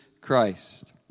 Christ